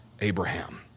Abraham